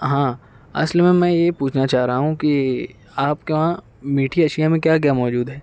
ہاں اصل میں میں یہ پوچھنا چاہ رہا ہوں کہ آپ کے وہاں میٹھی اشیاء میں کیا کیا موجود ہے